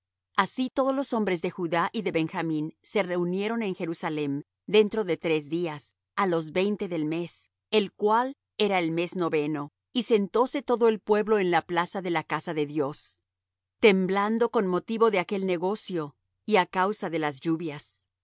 así todos los hombres de judá y de benjamín se reunieron en jerusalem dentro de tres días á los veinte del mes el cual era el mes noveno y sentóse todo el pueblo en la plaza de la casa de dios temblando con motivo de aquel negocio y á causa de las lluvias